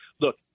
Look